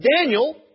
...Daniel